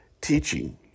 teaching